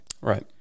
Right